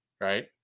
right